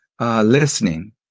Listening